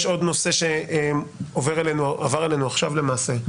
יש עוד נושא שעבר אלינו עכשיו למעשה,